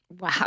Wow